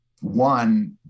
one